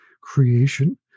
creation